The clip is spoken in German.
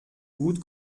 gut